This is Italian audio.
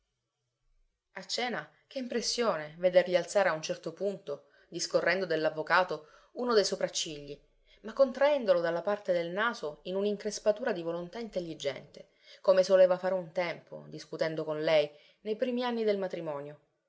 a cena che impressione vedergli alzare a un certo punto discorrendo dell'avvocato uno dei sopraccigli ma contraendolo dalla parte del naso in un'increspatura di volontà intelligente come soleva fare un tempo discutendo con lei nei primi anni del matrimonio